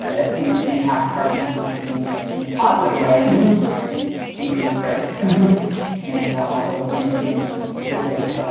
that seems to impact parkinson's disease in a positive way, meaning decrease risk and also seems to be associated with,